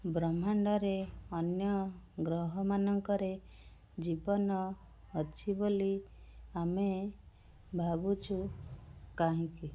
ବ୍ରହ୍ମାଣ୍ଡରେ ଅନ୍ୟ ଗ୍ରହମାନଙ୍କରେ ଜୀବନ ଅଛି ବୋଲି ଆମେ ଭାବୁଛୁ କାହିଁକି